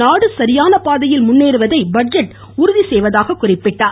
நாடு சரியான பாதையில் முன்னேறுவதை இந்த பட்ஜெட் உறுதி செய்வதாக கூறினார்